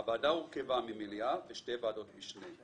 הוועדה הורכבה ממליאה ושתי ועדות משנה,